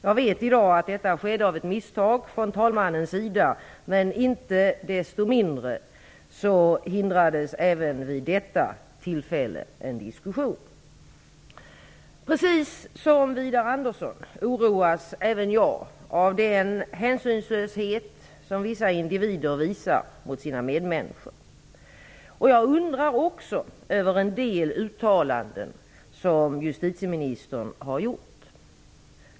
Jag vet i dag att det skedde av ett misstag från talmannens sida, men inte desto mindre så hindrades även vid detta tillfälle en diskussion. Precis som Widar Andersson oroas även jag av den hänsynslöshet som vissa individer visar mot sina medmänniskor, och jag undrar också över en del uttalanden som justitieministern har gjort.